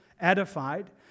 edified